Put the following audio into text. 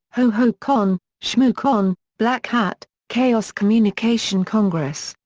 hohocon, shmoocon, blackhat, chaos communication congress,